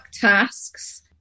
tasks